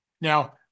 Now